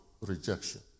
rejection